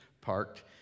parked